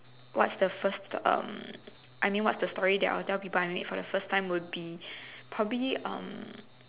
what's the first um I mean what's the story that I will tell people that I meet for the first time would be probably um